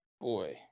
Boy